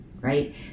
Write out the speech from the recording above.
right